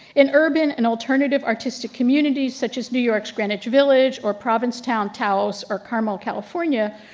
in urban and alternative artistic communities, such as new york's greenwich village or provincetown, taos or carmel, california,